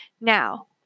Now